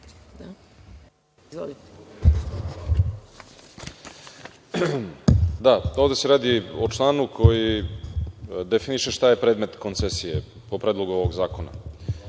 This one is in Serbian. Da, ovde se radi o članu koji definiše šta je predmet koncesije, po Predlogu ovog